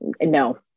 no